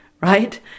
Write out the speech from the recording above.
right